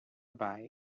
bite